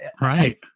right